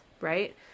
right